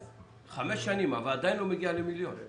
חמש שנים אבל עדיין לא מגיע למיליון.